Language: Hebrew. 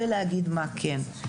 ולהגיד מה כן.